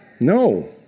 No